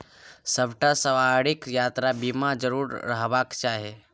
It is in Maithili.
सभटा सवारीकेँ यात्रा बीमा जरुर रहबाक चाही